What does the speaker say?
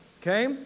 Okay